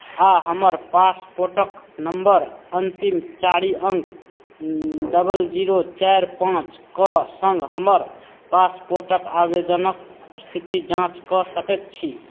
आ हमर पासपोर्टक नम्बर अन्तिम चारि अंक डबल जीरो चारि पाँचके सङ्ग हमर पासपोर्टक आवेदनक स्थिति जाँच कऽ सकैत छी